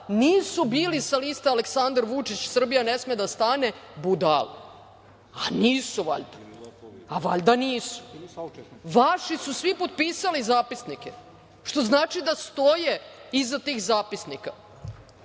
nisu bili sa liste Aleksandar Vučić - Srbija ne sme da stane, budale. Nisu valjda. Valjda nisu. Vaši su svi potpisali zapisnike, što znači da stoje iza tih zapisnika.